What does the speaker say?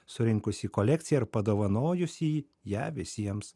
surinkusį kolekciją ir padovanojusį ją visiems